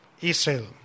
Israel